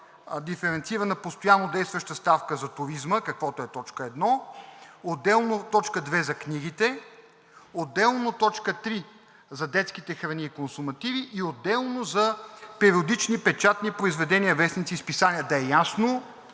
диференцирана постоянно действаща ставка за туризма, каквото е т. 1; отделно т. 2 за книгите; отделно т. 3 за детските храни и консумативи; и отделно за периодични печатни произведения, вестници и списания. Да е ясно